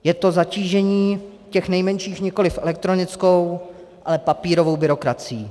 Je to zatížení těch nejmenších nikoli elektronickou, ale papírovou byrokracií.